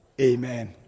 Amen